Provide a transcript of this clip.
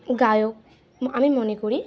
গায়ক আমি মনে করি